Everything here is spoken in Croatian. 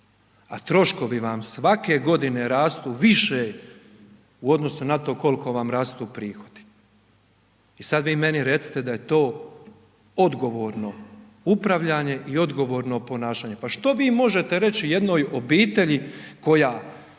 a troškovi vam svake godine rastu više u odnosu na to kolko vam rastu prihodi i sad vi meni recite da je to odgovorno upravljanje i odgovorno ponašanje, pa što vi možete reći jednoj obitelji koja